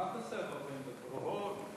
מה תעשה ב-40 דקות?